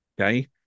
Okay